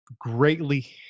greatly